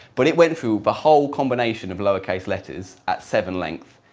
but it went through the whole combination of lower case letters at seven length,